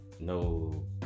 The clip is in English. no